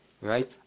right